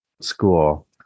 school